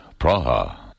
Praha